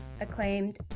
acclaimed